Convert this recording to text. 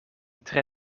tre